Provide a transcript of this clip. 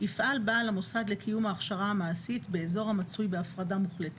יפעל בעל המוסד לקיום ההכשרה המעשית באזור המצוי בהפרדה מוחלטת,